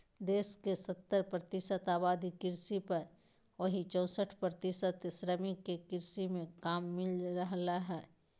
देश के सत्तर प्रतिशत आबादी कृषि पर, वहीं चौसठ प्रतिशत श्रमिक के कृषि मे काम मिल रहल हई